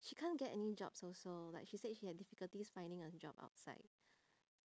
she can't get any jobs also like she said she had difficulties finding a job outside